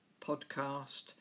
podcast